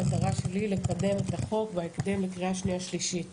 המטרה שלי: לקדם את החוק בהקדם לקריאה שנייה ושלישית.